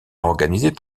organisés